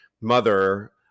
mother